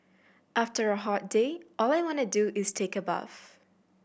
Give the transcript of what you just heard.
after a hot day all I want do is take a bath